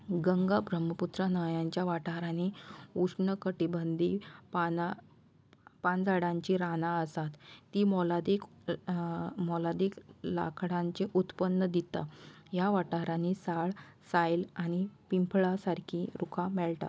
गंगा ब्रह्मपुत्रा न्हंयांच्या वाठारांनी उश्णकटिबंधी पानां पानझडींचीं रानां आसात तीं मोलादीक मोलादीक लांकडांचें उत्पन्न दितात ह्या वाठारांनी साल सायल आनी पिंपळा सारके रुखां मेळटात